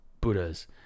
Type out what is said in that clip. Buddhas